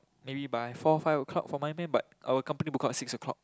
maybe by four five o-clock for my man but our company book out six o-clock